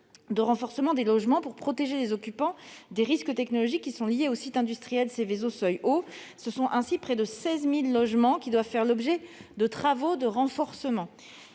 de renforcement des logements pour protéger les occupants des risques technologiques liés aux sites industriels Seveso seuil haut. Ce sont ainsi près de 16 000 logements qui doivent faire l'objet de travaux de renforcement.